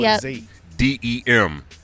D-E-M